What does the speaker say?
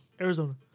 Arizona